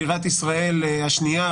בירת ישראל השנייה,